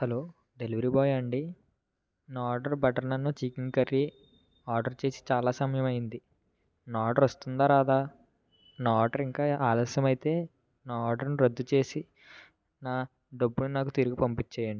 hello delivery boy అండి నా order butter naan chicken curry order చేసి చాలా సమయమైంది నా ఆర్డర్ వస్తుందా రాదా నా ఆర్డర్ ఇంకా ఆలస్యం అయితే నా ఆర్డర్ను రద్దుచేసి నా డబ్బులు నాకు తిరిగి పంపించేయండి